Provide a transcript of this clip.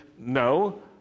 No